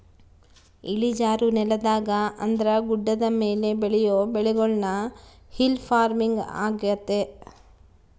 ಇಳಿಜಾರು ನೆಲದಾಗ ಅಂದ್ರ ಗುಡ್ಡದ ಮೇಲೆ ಬೆಳಿಯೊ ಬೆಳೆಗುಳ್ನ ಹಿಲ್ ಪಾರ್ಮಿಂಗ್ ಆಗ್ಯತೆ